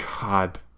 God